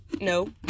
No